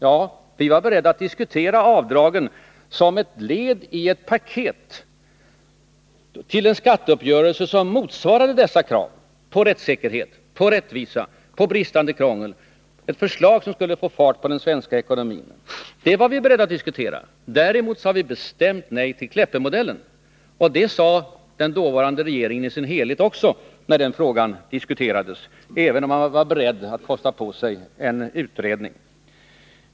Ja, vi var beredda att diskutera avdragen som ett led i ett paket till en skatteuppgörelse som motsvarade kraven på rättssäkerhet, rättvisa, minskat krångel — ett förslag som skulle få fart på den svenska ekonomin. Det var vi beredda att diskutera. Däremot sade vi bestämt nej till Kleppemodellen, och det gjorde också den dåvarande regeringen i sak när frågan diskuterades, även om den var beredd att kosta på sig en utredning.